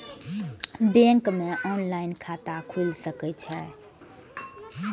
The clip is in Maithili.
बैंक में ऑनलाईन खाता खुल सके छे?